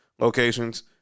locations